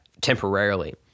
temporarily